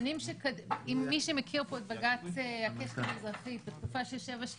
מי שמכיר את בג"ץ הקשת המזרחית בתקופה של 727